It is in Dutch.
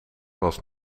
was